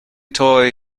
toy